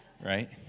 right